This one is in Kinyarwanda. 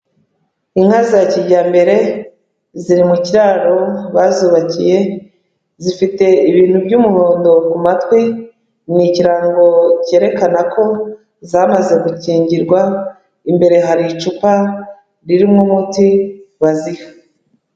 Inka za kijyambere ziri mu kiraro bazubakiye, zifite ibintu by'umuhondo ku matwi, ni ikirango cyerekana ko zamaze gukingirwa, imbere hari icupa ririmo umuti baziha.